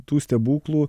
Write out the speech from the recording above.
tų stebuklų